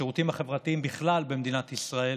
השירותים החברתיים בכלל במדינת ישראל,